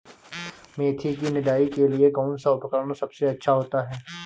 मेथी की निदाई के लिए कौन सा उपकरण सबसे अच्छा होता है?